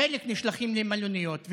חלק נשלחים למלוניות,